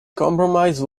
compromise